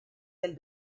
del